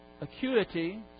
acuity